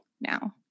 now